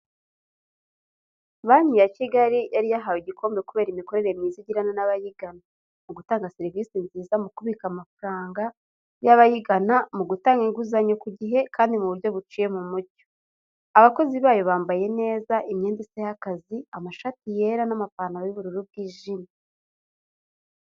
Banki ya Kigali yari yahawe igikombe kubera imikorere myiza igirana n'abayigana, mu gutanga serivisi nziza mu kubika amafaranga y'abayigana, mu gutanga inguzanyo ku gihe kandi mu buryo buciye mu mucyo. Abakozi bayo bambaye neza imyenda isa y'akazi amashati yera n'amapantaro y'ubururu bwijimye.